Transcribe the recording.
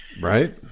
Right